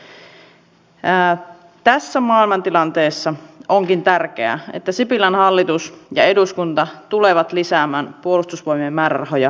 mutta sitten kun täällä edustaja heinäluoma sanoi että palataan avoimeen lainvalmisteluun niin kyllä väkisinkin nyt mietin sitä viime vaalikautta